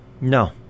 No